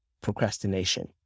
procrastination